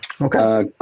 Okay